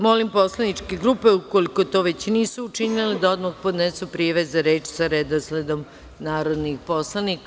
Molim poslaničke grupe, ukoliko to već nisu učinile, da odmah podnesu prijave za reč sa redosledom narodnih poslanika.